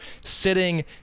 sitting